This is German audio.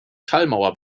schallmauer